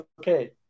Okay